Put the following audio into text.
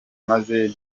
maze